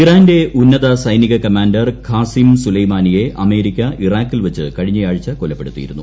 ഇറാന്റെ ഉന്നത സൈനിക കമാൻഡർ ഖാസിം സൊലൈമാനിയെ അമേരിക്ക ഇറാക്കിൽ വച്ച് കഴിഞ്ഞയാഴ്ച കൊലപ്പെടുത്തിയിരുന്നു